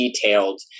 detailed